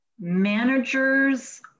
Managers